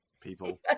people